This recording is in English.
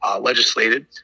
legislated